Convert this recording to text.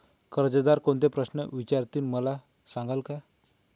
कर्जदार कोणते प्रश्न विचारतील, मला सांगाल का?